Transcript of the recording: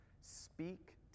speak